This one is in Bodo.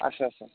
आदसा सा